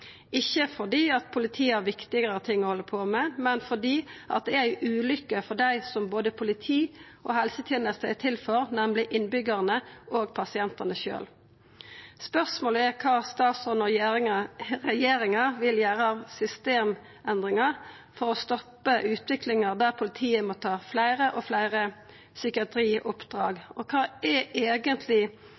ikkje fordi politiet har viktigare ting å halda på med, men fordi det er ei ulykke for dei som både politi og helseteneste er til for, nemleg innbyggjarane og pasientane sjølv. Spørsmålet er kva statsråden og regjeringa vil gjera av systemendringar for å stoppa utviklinga der politiet må ta fleire og fleire psykiatrioppdrag. Kva er eigentleg